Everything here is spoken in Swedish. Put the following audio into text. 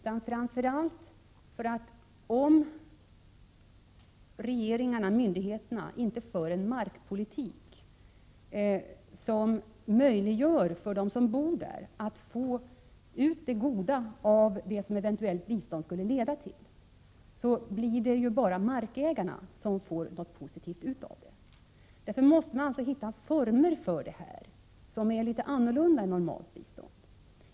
Om de berörda regeringarna, myndigheterna, inte för en markpolitik som möjliggör för de boende att få ut det goda av vad ett eventuellt bistånd skulle leda till, blir det bara markägarna som får ut något positivt. Man måste hitta former för bistånd på detta område som är annorlunda.